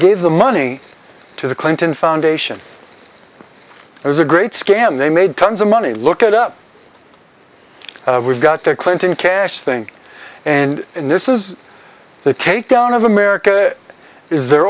gave the money to the clinton foundation it was a great scam they made tons of money look at up we've got the clinton cash thing and in this is the take down of america is the